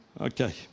Okay